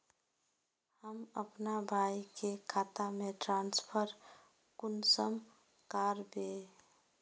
हम अपना भाई के खाता में ट्रांसफर कुंसम कारबे?